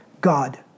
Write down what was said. God